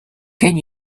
can